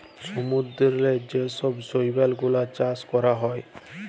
সমুদ্দূরেল্লে যে ছব শৈবাল গুলাল চাষ ক্যরা হ্যয়